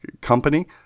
company